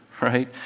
right